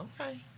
okay